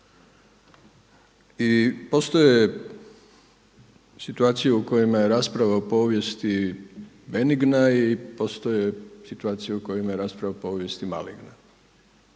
I postoje situacije u kojima je situacija o povijesti benigna i postoje situacije u kojima je rasprava o povijesti maligna.